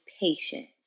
patience